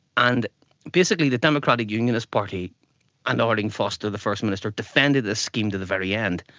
and basically the democratic unionist party and arlene foster the first minister defended this scheme to the very end,